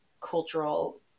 cultural